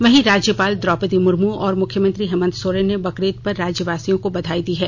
वहीं राज्यपाल द्रौपदी मुर्मू और मुख्यमंत्री हेमंत सोरेन ने बकरीद पर राज्यवासियों को बधाई दी है